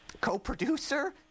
Co-producer